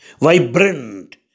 vibrant